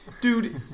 dude